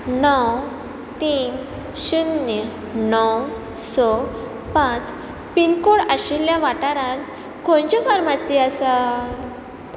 णव तीन शुन्य णव स पांच पिनकोड आशिल्ल्या वाठारांत खंयंच्यो फार्मासी आसा